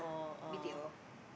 B_T_O